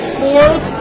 fourth